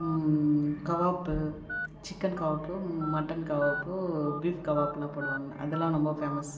கவாப்பு chicken கவாப்பு mutton கவாப்பு beef கபாப்புலாம் போடுவாங்க அதலாம் ரொம்ப ஃபேமஸு